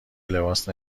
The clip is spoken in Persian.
لباس